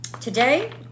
today